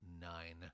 Nine